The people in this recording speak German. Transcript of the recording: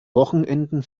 wochenenden